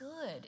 good